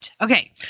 Okay